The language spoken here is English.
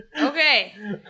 Okay